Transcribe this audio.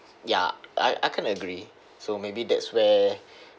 ya I I can agree so maybe that's where